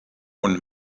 und